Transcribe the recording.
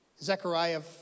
Zechariah